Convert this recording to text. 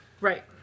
right